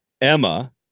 Emma